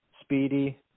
Speedy